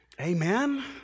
Amen